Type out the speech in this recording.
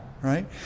right